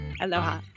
Aloha